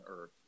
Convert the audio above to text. Earth